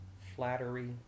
flattery